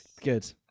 Good